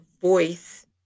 voice